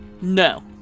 No